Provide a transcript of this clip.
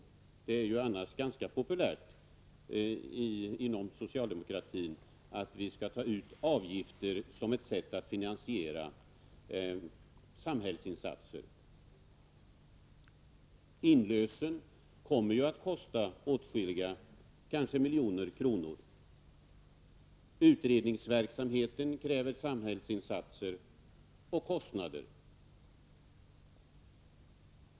Inom socialdemokratin är det ju annars ganska populärt att vi skall ta ut avgifter som ett sätt att finansiera samhällsinsatser. Inlösen kommer att kosta åtskilligt, kanske miljontals kronor. Utredningsverksamheten kräver samhällsinsatser, vilket medför kostnader.